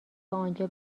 آنجا